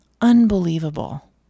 Unbelievable